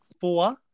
four